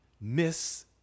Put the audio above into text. miss